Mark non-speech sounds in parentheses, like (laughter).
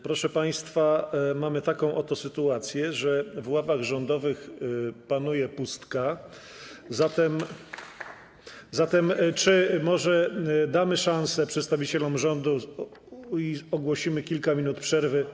Proszę państwa, mamy taką oto sytuację, że w ławach rządowych panuje pustka, (applause) zatem może damy szansę przedstawicielom rządu i ogłosimy kilka minut przerwy.